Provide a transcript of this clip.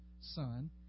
son